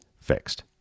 fixed